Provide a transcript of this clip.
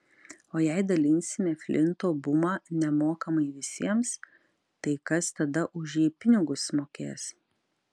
o jei dalinsime flinto bumą nemokamai visiems tai kas tada už jį pinigus mokės